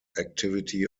activity